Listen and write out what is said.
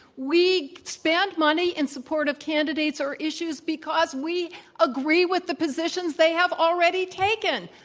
we spend money in support of candidates or issues because we agree with the positions they have already taken.